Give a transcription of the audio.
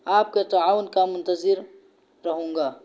آپ کے تعاون کا منتظر رہوں گا